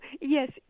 Yes